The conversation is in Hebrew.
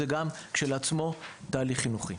זה כשלעצמו תהליך חינוכי.